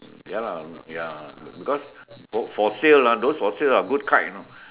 ya lah ya because for sale ah those for sale are good kite you know